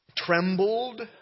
Trembled